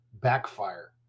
backfire